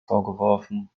vorgeworfen